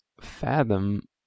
fathom